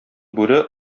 бүре